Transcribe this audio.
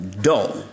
dull